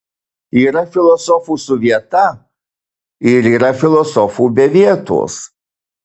yra filosofų su vieta ir yra filosofų be vietos